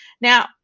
Now